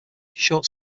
short